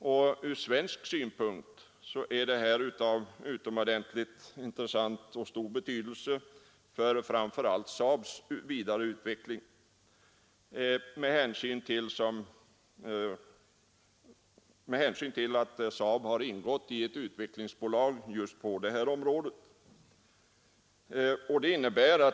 Från svensk synpunkt är detta av utomordentligt stor betydelse framför allt med tanke på SAAB:s vidare utveckling och med hänsyn till att SAAB har ingått i ett utvecklingsbolag just på detta område.